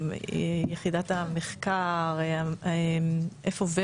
יחידת המחקר והייעוץ המשפטי,